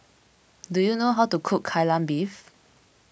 do you know how to cook Kai Lan Beef